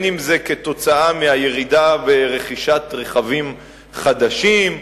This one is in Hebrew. אם כתוצאה של הירידה ברכישת רכבים חדשים,